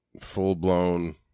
full-blown